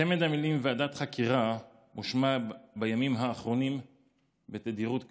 צמד המילים "ועדת חקירה" הושמע בימים האחרונים בתדירות גבוהה.